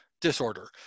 disorder